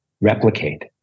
replicate